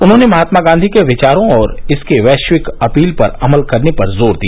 उन्होंने महात्मा गांधी के विचारों और इसके वैश्विक अपील पर अमल करने पर जोर दिया